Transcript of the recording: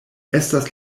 estas